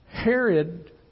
Herod